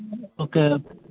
okay